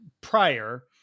prior